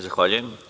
Zahvaljujem.